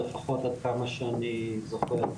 לפחות עד כמה שאני זוכר.